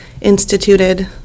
instituted